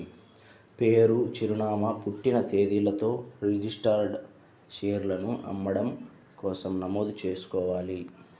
పేరు, చిరునామా, పుట్టిన తేదీలతో రిజిస్టర్డ్ షేర్లను అమ్మడం కోసం నమోదు చేసుకోవాలి